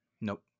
Nope